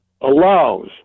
allows